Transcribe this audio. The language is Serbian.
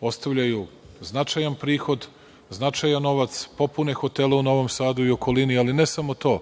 ostavljaju značajan prihod, značajan novac, popunjene hotele u Novom Sadu i okolini, ali ne samo to,